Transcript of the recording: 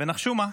ונחשו מה,